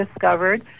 discovered